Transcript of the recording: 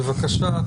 בבקשה,